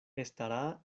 estará